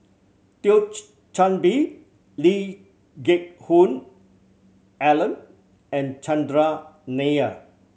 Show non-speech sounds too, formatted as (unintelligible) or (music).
(unintelligible) Chan Bee Lee Geck Hoon Ellen and Chandran Nair